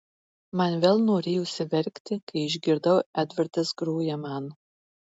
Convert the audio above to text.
man vėl norėjosi verkti kai išgirdau edvardas groja man